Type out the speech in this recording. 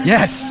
Yes